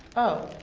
oh.